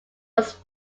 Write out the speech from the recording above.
was